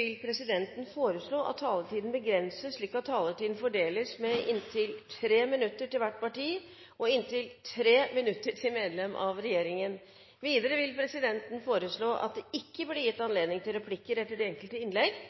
vil presidenten foreslå at taletiden begrenses til 24 minutter og fordeles med inntil 3 minutter til hvert parti og inntil 3 minutter til medlem av regjeringen. Videre vil presidenten foreslå at det ikke blir gitt anledning til replikker etter de enkelte innlegg,